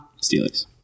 Steelix